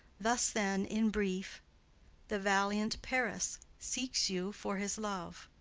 thus then in brief the valiant paris seeks you for his love.